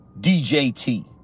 DJT